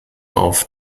auf